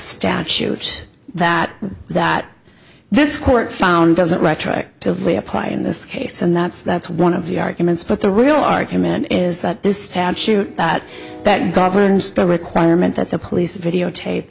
statute that that this court found doesn't retroactively apply in this case and that's that's one of the arguments but the real argument is that this statute that that governs the requirement that the police videotape